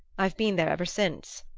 i've been there ever since.